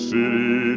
City